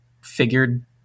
figured